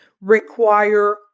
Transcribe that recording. require